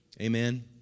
Amen